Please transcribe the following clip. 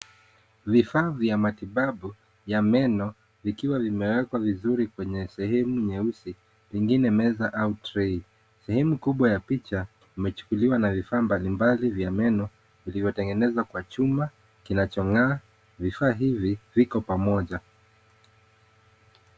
Vifaa vya matibabu vya meno vikiwa vimewekwa vizuri kwenye sehemu nyeusi vingine meza au trey sehemu kubwa ya picha imechukuliwa na vifaa mbalimbali vya meno vilivyotengenezwa kwa chuma kinachongaa. Vifaa hivi viko pamoja.